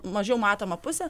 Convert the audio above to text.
mažiau matoma pusė